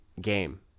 game